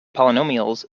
polynomials